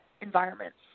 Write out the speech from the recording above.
environments